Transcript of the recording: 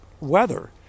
weather